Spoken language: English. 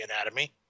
anatomy